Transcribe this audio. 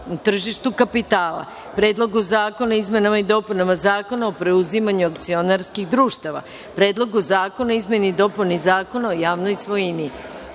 tržištu kapitala; Predlogu zakona o izmenama i dopunama Zakona o preuzimanju akcionarskih društava; Predlogu zakona o izmeni i dopuni Zakona o javnoj svojini;